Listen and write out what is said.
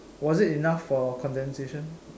was it enough for condensation